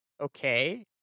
okay